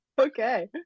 Okay